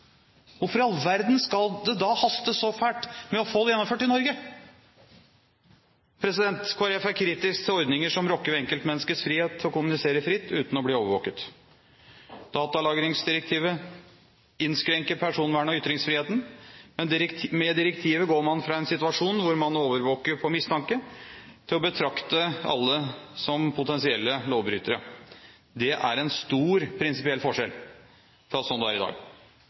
Hvorfor i all verden skal det da haste så fælt med å få det gjennomført i Norge? Kristelig Folkeparti er kritisk til ordninger som rokker ved enkeltmenneskers frihet til å kommunisere fritt uten å bli overvåket. Datalagringsdirektivet innskrenker personvernet og ytringsfriheten. Med direktivet går man fra en situasjon hvor man overvåker på mistanke, til å betrakte alle som potensielle lovbrytere. Det er en stor prinsipiell forskjell fra sånn det er i dag.